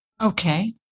Okay